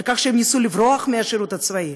על כך שהם ניסו לברוח מהשירות הצבאי,